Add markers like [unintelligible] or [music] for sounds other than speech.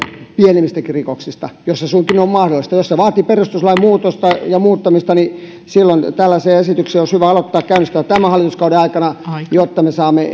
pienemmistäkin rikoksista jos se suinkin on on mahdollista jos se vaatii perustuslain muutosta ja muuttamista niin silloin tällaisia esityksiä olisi hyvä käynnistää tämän hallituskauden aikana jotta me saamme [unintelligible]